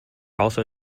also